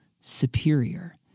superior